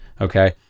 Okay